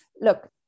look